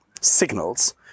signals